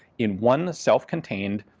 in one self-contained